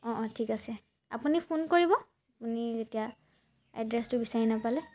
অঁ অঁ ঠিক আছে আপুনি ফোন কৰিব আপুনি যেতিয়া এড্ৰেছটো বিচাৰি নেপালে